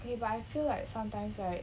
eh but I feel like sometimes right